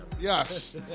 Yes